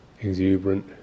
exuberant